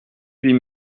huit